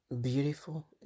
beautiful